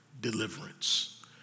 deliverance